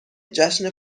جشن